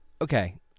okay